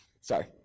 sorry